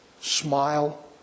Smile